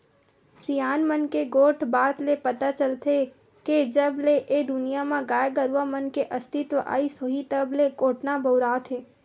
सियान मन के गोठ बात ले पता चलथे के जब ले ए दुनिया म गाय गरुवा मन के अस्तित्व आइस होही तब ले कोटना बउरात हे